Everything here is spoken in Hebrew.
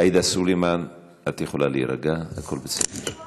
עאידה סלימאן, את יכולה להירגע, הכול בסדר.